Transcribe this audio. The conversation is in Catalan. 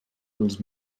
els